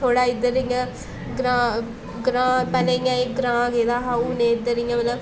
थोह्ड़ा इद्धर इ'यां ग्रां ग्रां पैह्लें इ'यां एह् ग्रां गेदा हा हून एह् इद्धर इ'यां मतलब